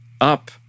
up